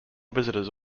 visitors